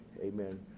Amen